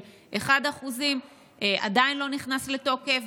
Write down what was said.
של 1%. זה עדיין לא נכנס לתוקף,